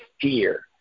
fear